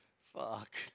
Fuck